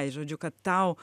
žodžiu kad tau